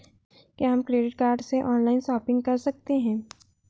क्या हम credit card से ऑनलाइन शॉपिंग कर सकते हैं?